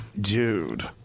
Dude